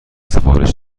سفارش